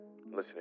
Listening